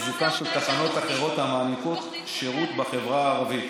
חיזוקן של תחנות אחרות המעניקות שירות בחבר הערבית.